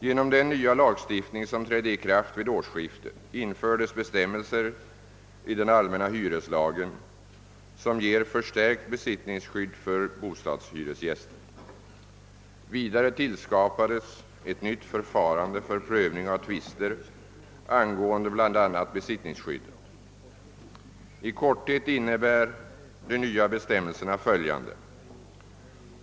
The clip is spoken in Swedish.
Genom den nya lagstiftning, som trädde i kraft vid årsskiftet, infördes bestämmelser i den allmänna hyreslagen som ger förstärkt besittningsskydd för bostadshyresgäster. Vidare tillskapades ett nytt förfarande för prövning av tvister angående bl.a. besittningsskyddet. I korthet innebär de nya bestämmelserna följande.